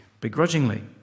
begrudgingly